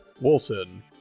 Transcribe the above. Wilson